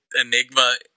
enigma